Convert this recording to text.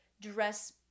dress